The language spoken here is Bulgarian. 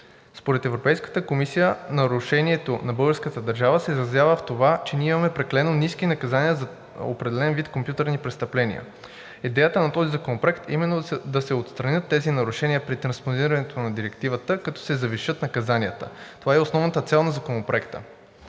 Според Европейската комисия нарушението на българската държава се изразява в това, че ние имаме прекалено ниски наказания за определен вид компютърни престъпления. Идеята на този законопроект е именно да се отстранят тези нарушения при транспонирането на директивата, като се завишат наказанията. Това е и основната цел на Законопроекта.